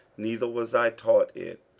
neither was i taught it,